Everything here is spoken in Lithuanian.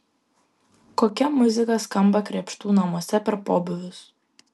kokia muzika skamba krėpštų namuose per pobūvius